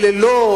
אלה לא,